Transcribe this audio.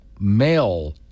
male